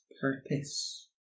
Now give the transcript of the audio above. purpose